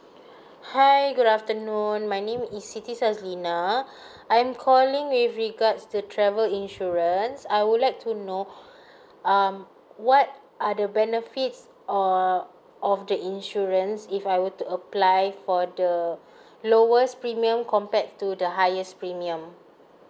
hi good afternoon my name is siti sazilinah I'm calling with regards the travel insurance I would like to know um what are the benefits or of the insurance if I were to apply for the lowest premium compared to the highest premium